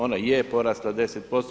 Ona je porasla 10%